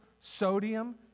sodium